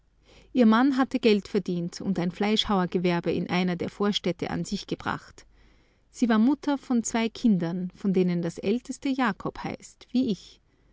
ihr mann hatte geld verdient und ein fleischhauergewerbe in einer der vorstädte an sich gebracht sie war mutter von zwei kindern von denen das älteste jakob heißt wie ich